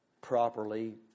properly